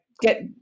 Get